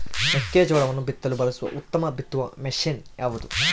ಮೆಕ್ಕೆಜೋಳವನ್ನು ಬಿತ್ತಲು ಬಳಸುವ ಉತ್ತಮ ಬಿತ್ತುವ ಮಷೇನ್ ಯಾವುದು?